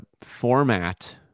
format